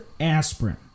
aspirin